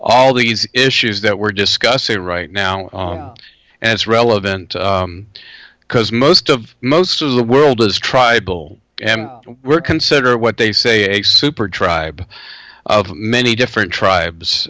these issues that we're discussing right now and it's relevant because most of most of the world is tribal and we're consider what they say a super tribe of many different tribes